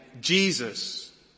Jesus